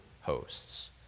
hosts